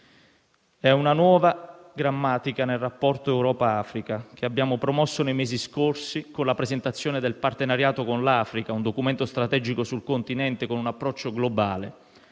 È una nuova grammatica nel rapporto Europa-Africa che abbiamo promosso nei mesi scorsi con la presentazione del partenariato con l'Africa, un documento strategico sul continente con un approccio globale,